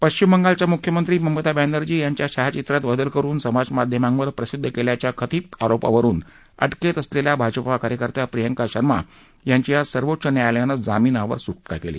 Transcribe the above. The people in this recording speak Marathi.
पश्चिम बंगालच्या मुख्यमंत्री ममता बर्म्र्जी यांच्या छायाचित्रात बदल करुन समाज माध्यमांवर प्रसिद्ध केल्याच्या कथित आरोपावरुन अटकेत असलेल्या भाजपा कार्यकर्त्यां प्रियंका शर्मा यांची आज सर्वोच्च न्यायालयानं जामीनावर सूटका केली